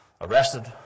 Arrested